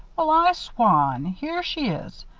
well, i swan! here she is.